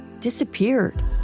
disappeared